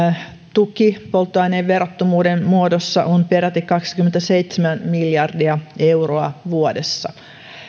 tuki polttoaineen verottomuuden muodossa on peräti kaksikymmentäseitsemän miljardia euroa vuodessa